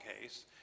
case